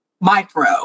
micro